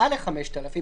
מעל ל-5,000,